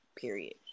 Period